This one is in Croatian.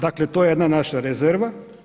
Dakle, to je jedna naša rezerva.